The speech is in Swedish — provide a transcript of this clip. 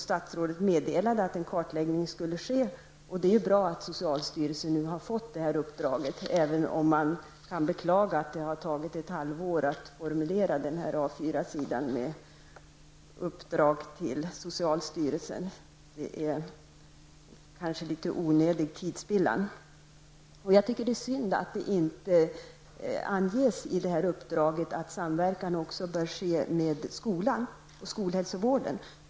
Statsrådet meddelade också att en kartläggning av barnhälsovården skulle ske. Det är bra att socialstyrelsen nu har fått detta uppdrag, även om det är beklagligt att det har tagit ett halvår att formulera uppdraget till socialstyrelsen på en A4 sida. Det är litet onödig tidsspillan. Jag tycker det är synd att det i uppdraget inte anges att samverkan bör ske också med skolan och skolhälsovården.